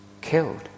killed